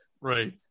right